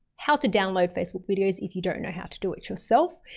how to download facebook videos if you don't know how to do it yourself.